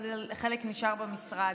חלק נשאר במשרד.